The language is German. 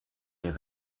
mehr